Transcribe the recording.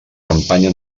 campanya